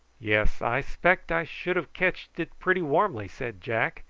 yes, i spect i should have ketched it pretty warmly, said jack,